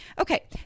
Okay